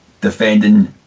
defending